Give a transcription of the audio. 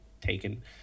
taken